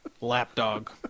Lapdog